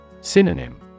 Synonym